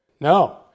No